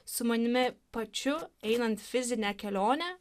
su manimi pačiu einant fizinę kelionę